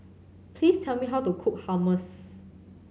please tell me how to cook Hummus